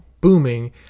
booming